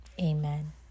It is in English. amen